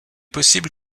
possible